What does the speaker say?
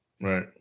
Right